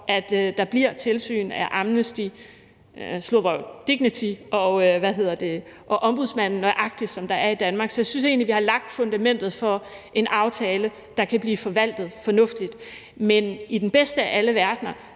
at der bliver tilsyn af DIGNITY og Ombudsmanden, nøjagtig som der er i Danmark. Så jeg synes egentlig, at vi har lagt fundamentet for en aftale, der kan blive forvaltet fornuftigt, men i den bedste af alle verdener